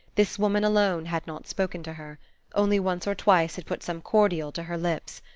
this woman alone had not spoken to her only once or twice had put some cordial to her lips.